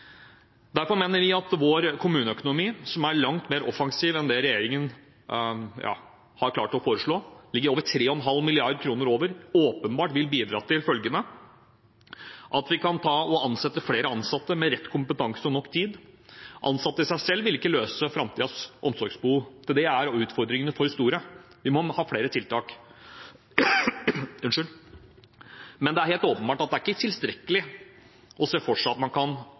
Derfor mener vi at vår kommuneøkonomi, som er langt mer offensiv enn det regjeringen har klart å foreslå, og ligger over 3,5 mrd. kr over, åpenbart vil bidra til følgende: at vi kan ansette flere med rett kompetanse og nok tid. Ansatte i seg selv vil ikke løse framtidens omsorgsbehov. Til det er utfordringene for store, vi må ha flere tiltak. Det er helt åpenbart at det ikke er tilstrekkelig å se for seg at man kan